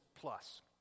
Plus